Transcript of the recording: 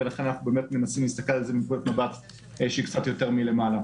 לכן אנחנו מנסים להסתכל על זה מנקודת מבט שהיא קצת יותר מלמעלה.